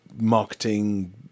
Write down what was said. marketing